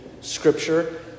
Scripture